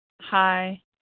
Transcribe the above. hi